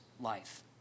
life